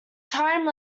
time